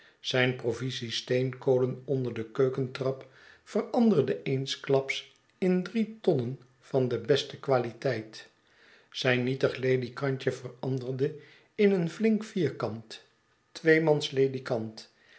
zijn provisie steenkolen onder de keukentrap veranderde eensklaps in drie tonnen van de beste qualiteit zijn nietig ledikantje veranderde in een flink vierkant twee mans ledikant